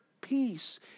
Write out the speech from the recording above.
peace